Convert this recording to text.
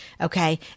Okay